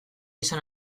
izan